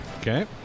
Okay